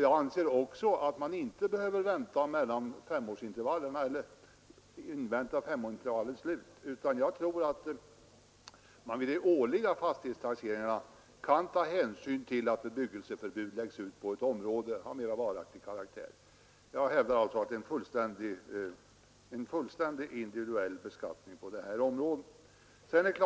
Jag menar också att man inte behöver invänta femårsintervallens slut. Jag tror att man vid de årliga fastighetstaxeringarna kan ta hänsyn till att bebyggelseförbud av mera varaktig karaktär läggs ut på ett område. Jag hävdar alltså att det är en fullständigt individuell beskattning på detta område. På en enda